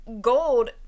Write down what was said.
Gold